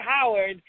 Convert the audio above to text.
Howard